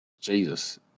Jesus